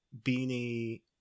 beanie